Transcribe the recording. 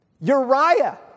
Uriah